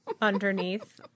underneath